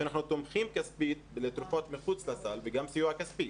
שאנחנו תומכים כספית לתרופות מחוץ לסל וגם סיוע כספי.